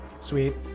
Sweet